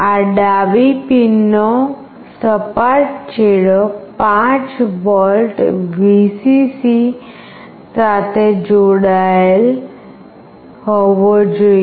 આ ડાબી પિનનો સપાટ છેડો 5 વોલ્ટ Vcc સાથે જોડાયેલ હોવો જોઈએ